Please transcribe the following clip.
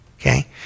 okay